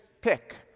pick